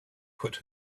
put